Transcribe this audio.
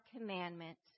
commandments